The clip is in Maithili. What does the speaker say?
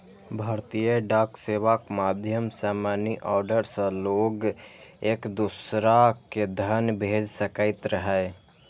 भारतीय डाक सेवाक माध्यम सं मनीऑर्डर सं लोग एक दोसरा कें धन भेज सकैत रहै